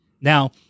Now